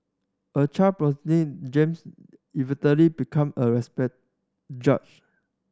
a child James become a respect judge